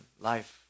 life